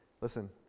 Listen